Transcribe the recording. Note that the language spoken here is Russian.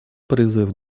призыв